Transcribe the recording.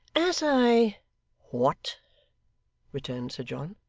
as i what returned sir john.